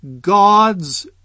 God's